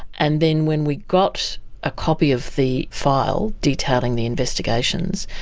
and then when we got a copy of the file detailing the investigations,